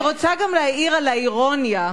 אני רוצה גם להעיר על האירוניה,